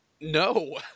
No